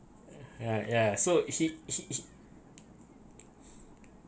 ya ya so he he he